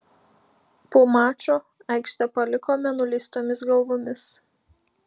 po mačo aikštę palikome nuleistomis galvomis